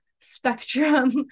spectrum